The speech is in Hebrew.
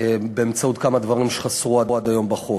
באמצעות כמה דברים שחסרו עד היום בחוק.